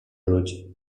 ludzi